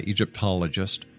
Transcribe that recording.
Egyptologist